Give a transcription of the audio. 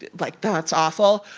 like, that's awful.